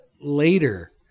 later